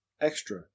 extra